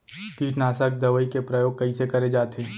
कीटनाशक दवई के प्रयोग कइसे करे जाथे?